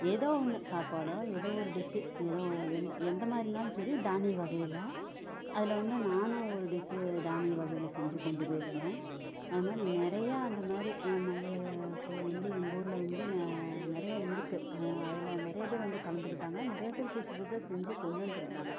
ஏதோ ஒன்று சாப்பாடோ ஏதோ ஒரு டிஷ்ஷு ஏதோ எந்த எந்த மாதிரினாலும் சரி தானிய வகையில் அதில் வந்து நானும் ஒரு டிஸ்ஸூ தானிய வகையில் செஞ்சு கொண்டு போயிருந்தேன் அது மாதிரி நிறையா அந்த மாதிரி மகளிர் குழு வந்து எங்கள் ஊரில் வந்து நிறையா இருக்குது அதில் நிறைய பேர் வந்து கலந்துக்கிட்டாங்க நிறையா பேர் புதுசு புதுசாக செஞ்சு கொண்டு வந்திருந்தாங்க